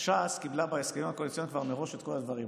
ש"ס קיבלה בהסכמים הקואליציוניים כבר מראש את כל הדברים.